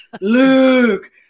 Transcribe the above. luke